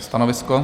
Stanovisko?